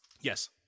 Yes